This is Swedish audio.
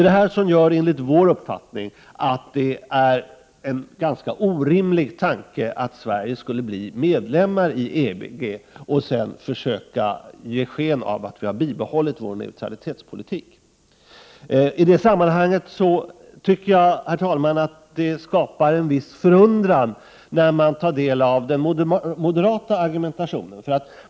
Detta gör att det är en ganska orimlig tanke att Sverige skulle bli medlem i EG och sedan försöka ge sken av att vi har bibehållit vår neutralitetspolitik. Herr talman! Den moderata argumentationen i det sammanhanget skapar en viss förundran.